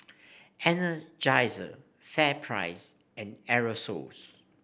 Energizer FairPrice and Aerosoles